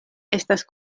estas